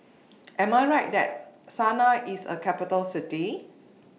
Am I Right that Sanaa IS A Capital City